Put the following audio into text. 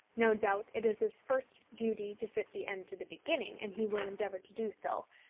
no doubt it is his first duty to fit the end to the beginning, and he will endeavour to do so.